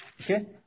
Okay